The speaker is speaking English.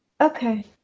Okay